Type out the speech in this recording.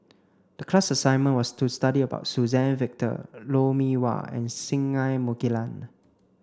the class assignment was to study about Suzann Victor Lou Mee Wah and Singai Mukilan